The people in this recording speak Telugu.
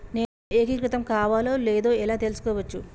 నేను ఏకీకృతం కావాలో లేదో ఎలా తెలుసుకోవచ్చు?